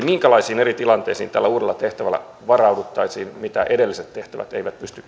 minkälaisiin eri tilanteisiin tällä uudella tehtävällä varauduttaisiin mitä edelliset tehtävät eivät pysty